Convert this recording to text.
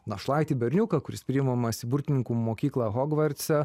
našlaitį berniuką kuris priimamas į burtininkų mokyklą hogvartse